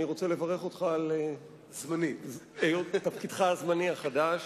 אני רוצה לברך אותך על תפקידך הזמני החדש.